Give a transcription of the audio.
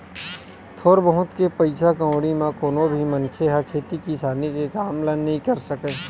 थोर बहुत के पइसा कउड़ी म कोनो भी मनखे ह खेती किसानी के काम ल नइ कर सकय